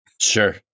Sure